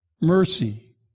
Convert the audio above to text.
Mercy